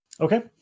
Okay